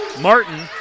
Martin